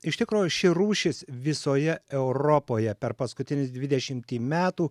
iš tikro ši rūšis visoje europoje per paskutinius dvidešimtį metų